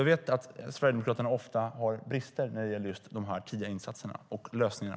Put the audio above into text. Jag vet att Sverigedemokraterna ofta har brister vad gäller de tidiga insatserna och lösningarna.